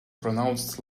pronounced